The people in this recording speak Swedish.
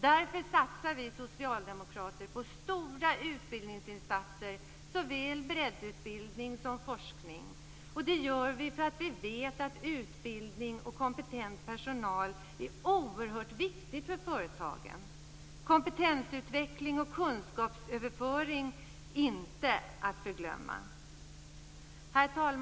Därför satsar vi socialdemokrater på stora utbildningsinsatser för såväl breddutbildning som forskning. Vi gör detta därför att vi vet att utbildning och kompetent personal är oerhört viktigt för företagen - kompetensutveckling och kunskapsöverföring inte att förglömma. Herr talman!